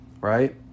Right